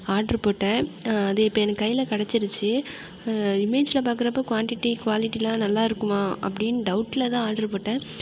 order போட்டேன் அது இப்போ எனக்கு கையில் கெடைச்சிருச்சி இமேஜில் பாக்கிறப்ப குவான்டிட்டி குவாலிட்டிலாம் நல்லாருக்குமா அப்டின்னு டவுட்டில் தான் ஆர்டர் போட்டேன்